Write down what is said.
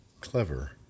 Clever